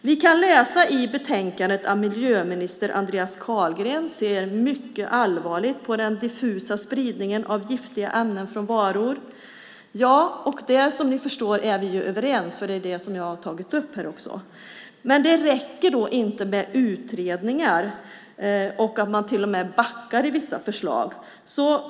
Vi kan läsa i betänkandet att miljöminister Andreas Carlgren ser mycket allvarligt på den diffusa spridningen av giftiga ämnen från varor. Ja, om det är vi som ni förstår överens, och det har vi tagit upp också. Men det räcker inte med utredningar, man till och med backar med vissa förslag.